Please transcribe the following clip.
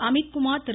Amithkumar Thiru